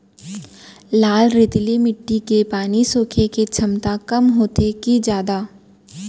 लाल रेतीली माटी के पानी सोखे के क्षमता कम होथे की जादा?